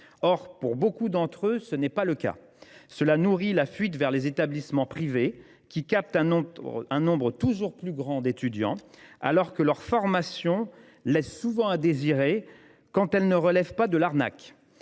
Or, pour beaucoup d’entre eux, ce n’est pas le cas. Cette situation contribue à la fuite vers les établissements privés qui captent un nombre toujours plus important d’étudiants, alors que les formations laissent souvent à désirer, quand elles ne relèvent pas de l’arnaque.